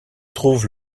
trouve